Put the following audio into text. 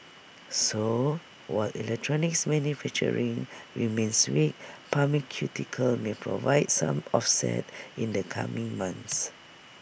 so while electronics manufacturing remains weak pharmaceuticals may provide some offset in the coming months